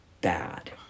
bad